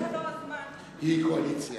היא קואליציה.